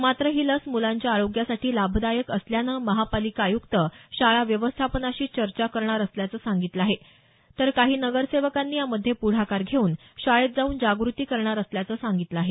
मात्र ही लस मुलांच्या आरोग्यासाठी लाभदायक असल्यानं महापालिका आयुक्त शाळा व्यवस्थापनाशी चर्चा करणार असल्याचं सांगितले आहे तर काही नगरसेवकांनी यामध्ये प्ढाकार घेऊन शाळेत जाऊन जागृती करणार असल्याचं सांगितलं आहे